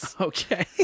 Okay